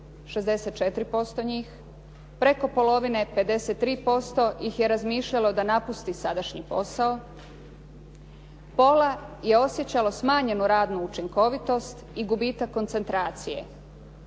64% njih, preko polovine 53% ih je razmišljalo da napusti sadašnji posao, pola je osjećalo smanjenu radnu učinkovitost i gubitak koncentracije.